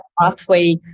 pathway